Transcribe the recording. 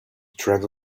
travel